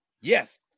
yes